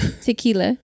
tequila